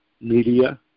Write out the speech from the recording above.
media